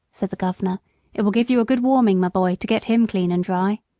said the governor it will give you a good warming, my boy, to get him clean and dry.